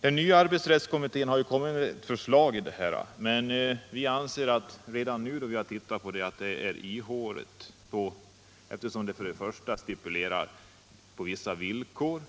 Den nya arbetsrättskommittén har kommit med ett förslag i detta avseende. Men efter att ha studerat förslaget anser vi redan nu att det är ihåligt. Det stipulerar vissa villkor.